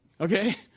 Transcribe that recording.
Okay